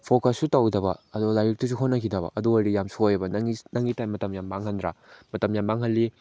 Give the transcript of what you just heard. ꯐꯣꯀꯁꯁꯨ ꯇꯧꯗꯕ ꯑꯗꯨꯒ ꯂꯥꯏꯔꯤꯛꯇꯁꯨ ꯍꯣꯠꯅꯈꯤꯗꯕ ꯑꯗꯨꯑꯣꯏꯔꯗꯤ ꯌꯥꯝ ꯁꯣꯏꯌꯦꯕ ꯅꯪꯒꯤ ꯅꯪꯒꯤ ꯇꯥꯏꯝ ꯃꯇꯝ ꯌꯥꯝ ꯃꯥꯡꯍꯟꯗ꯭ꯔꯥ ꯃꯇꯝ ꯌꯥꯝ ꯃꯥꯡꯍꯜꯂꯤ